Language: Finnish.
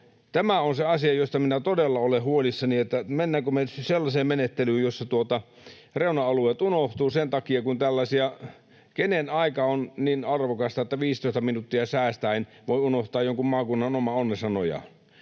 Tämä on se asia, josta minä todella olen huolissani, että mennäänkö me sellaiseen menettelyyn, jossa reuna-alueet unohtuvat sen takia, kun tällaisia... Kenen aika on niin arvokasta, että 15 minuuttia säästäen voi unohtaa jonkun maakunnan oman onnensa nojaan?